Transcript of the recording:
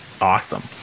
awesome